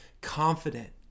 confident